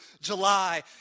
July